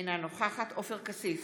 אינה נוכחת עופר כסיף,